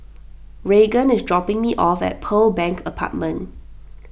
Raegan is dropping me off at Pearl Bank Apartment